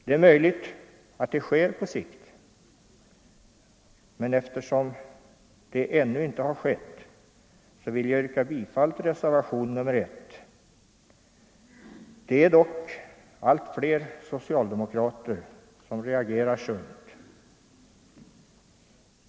Det är möjligt att det sker på sikt, men eftersom det ännu inte har skett så vill jag yrka bifall till reservationen nr 1. Det är dock allt fler socialdemokrater som reagerar sunt.